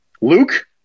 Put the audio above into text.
Luke